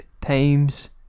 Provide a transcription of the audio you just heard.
times